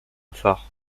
phare